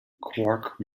quark